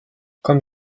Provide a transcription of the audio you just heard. comme